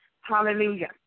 Hallelujah